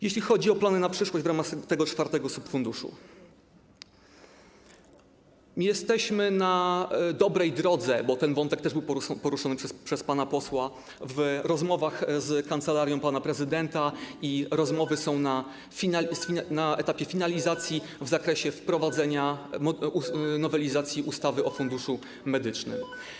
Jeśli chodzi o plany na przyszłość w ramach tego czwartego subfunduszu, jesteśmy na dobrej drodze - ten wątek też był poruszony przez pana posła - w rozmowach z kancelarią pana prezydenta i rozmowy są na etapie finalizacji w zakresie wprowadzenia nowelizacji ustawy o Funduszu Medycznym.